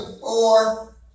four